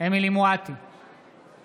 אמילי חיה מואטי,